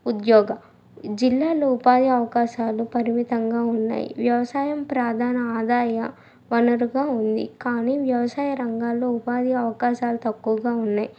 ఉద్యోగం జిల్లాలో ఉపాది అవకాశాలు పరిమితంగా ఉన్నాయి వ్యవసాయం ప్రదాన ఆదాయ వనరుగా ఉంది కానీ వ్యవసాయ రంగాల్లో ఉపాది అవకాశాలు తక్కువగా ఉన్నాయి